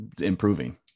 improving